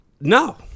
No